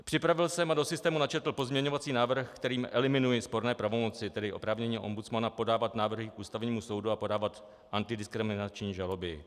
Připravil jsem a do systému načetl pozměňovací návrh, kterým eliminuji sporné pravomoci, tedy oprávnění ombudsmana podávat návrhy k Ústavnímu soudu a podávat antidiskriminační žaloby.